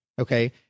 Okay